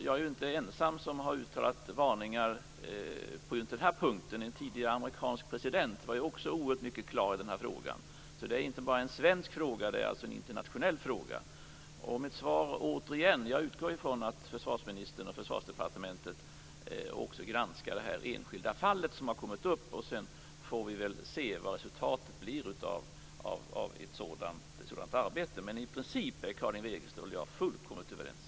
Jag är inte den ende som har uttalat varningar på just den här punkten. En tidigare amerikansk president var också oerhört klar i den här frågan. Detta är alltså inte bara en svensk fråga, utan det är en internationell fråga. Mitt svar är alltså, återigen, att jag utgår från att försvarsministern och Försvarsdepartementet granskar det enskilda fall som har kommit upp. Sedan får vi se vad resultatet av ett sådant arbete blir. I princip är ändå Karin Wegestål och jag fullkomligt överens.